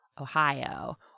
Ohio